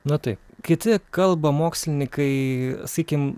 na taip kiti kalba mokslininkai sakykim